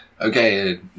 Okay